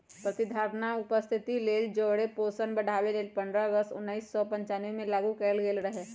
प्रतिधारणा आ उपस्थिति लेल जौरे पोषण बढ़ाबे लेल पंडह अगस्त उनइस सौ पञ्चानबेमें लागू कएल गेल रहै